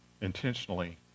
intentionally